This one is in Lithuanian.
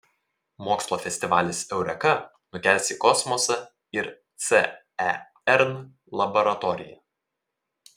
mokslo festivalis eureka nukels į kosmosą ir cern laboratoriją